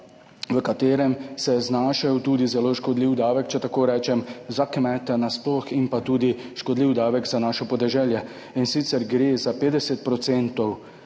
v katerem se je znašel tudi zelo škodljiv davek, če tako rečem, za kmete nasploh in pa tudi škodljiv davek za naše podeželje. In sicer gre za 50